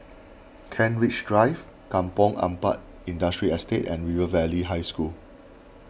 Kent Ridge Drive Kampong Ampat Industrial Estate and River Valley High School